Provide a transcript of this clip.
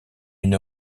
une